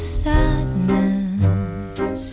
sadness